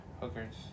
Hookers